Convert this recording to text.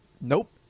Nope